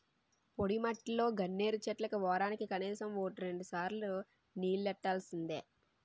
పొడిమట్టిలో గన్నేరు చెట్లకి వోరానికి కనీసం వోటి రెండుసార్లు నీల్లెట్టాల్సిందే